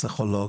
פסיכולוג,